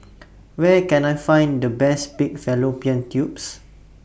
Where Can I Find The Best Pig Fallopian Tubes